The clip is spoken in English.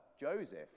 Joseph